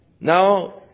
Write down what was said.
Now